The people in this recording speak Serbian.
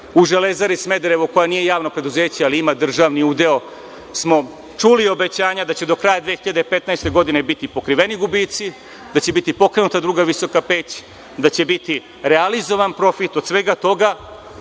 u „Železari Smederevo“, koja nije javno preduzeće, ali ima državni udeo, smo čuli obećanja da će do kraja 2015. godine biti pokriveni gubici, da će biti pokrenuta druga visoka peć, da će biti realizovan profit od svega toga.